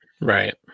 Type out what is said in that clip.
Right